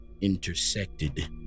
intersected